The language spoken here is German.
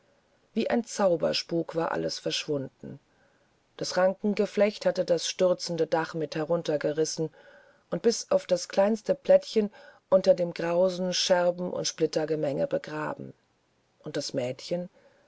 wie ein zauberspuk war alles verschwunden das rankengeflecht hatte das stürzende dach mit heruntergerissen und bis auf das kleinste blättchen unter dem grausen scherben und splittergemenge begraben und das mädchen